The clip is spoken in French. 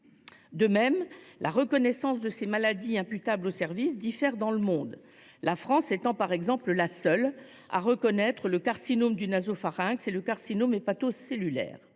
De même, la reconnaissance de ces maladies imputables au service diffère dans le monde, la France étant par exemple la seule à reconnaître le carcinome du nasopharynx et le carcinome hépatocellulaire.